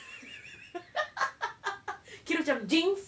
kira macam jinx